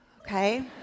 okay